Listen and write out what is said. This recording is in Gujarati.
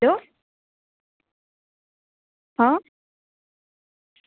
હેલો હ